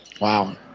Wow